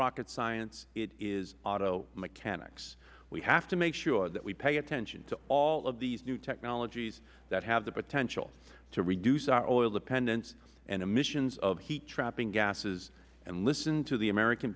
rocket science it is auto mechanics we have to make sure that we pay attention to all of these new technologies that have the potential to reduce our oil dependence and emissions of heat trapping gases and listen to the american